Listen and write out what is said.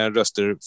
röster